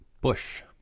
Bush